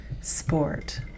Sport